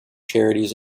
charities